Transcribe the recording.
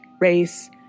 race